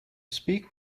speak